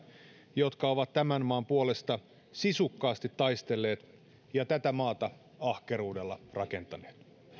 jotka ovat tämän maan puolesta sisukkaasti taistelleet ja tätä maata ahkeruudella rakentaneet